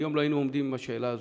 היום לא היינו עומדים מול השאלה הזאת.